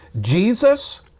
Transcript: Jesus